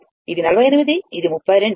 కాబట్టి ఇది 48 మరియు ఇది 32